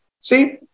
See